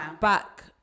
back